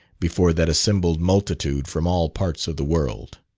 before that assembled multitude from all parts of the world.